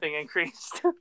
increased